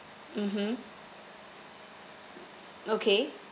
mmhmm okay